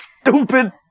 stupid